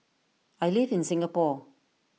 I live in Singapore